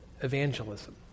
evangelism